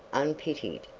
unpitied.